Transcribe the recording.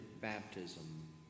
baptism